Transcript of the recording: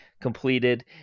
completed